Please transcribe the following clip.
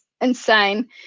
insane